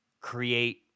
create